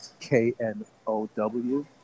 K-N-O-W